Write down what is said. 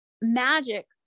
magic